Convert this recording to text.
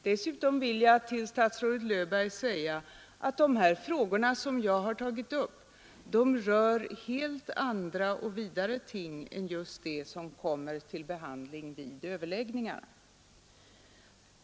Dessutom vill jag till statsrådet Löfberg säga att de frågor som jag har tagit upp rör helt andra och vidare ting än vad som kommer upp till behandling vid överläggningar.